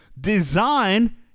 Design